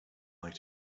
like